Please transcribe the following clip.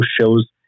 shows